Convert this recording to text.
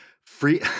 Free